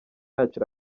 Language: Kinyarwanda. yacu